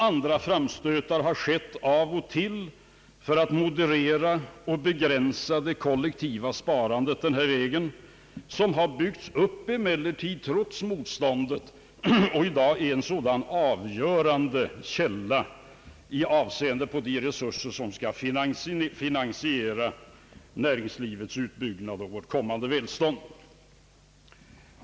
Andra framstötar har skett av och till för att moderera och begränsa det kollektiva sparandet på denna väg, vilket emellertid byggts upp trots motstånd och i dag är en avgörande källa bland de resurser som skall finansiera näringslivets utbyggnad och vårt kommande välstånd.